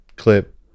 clip